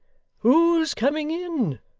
who's coming in?